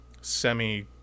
semi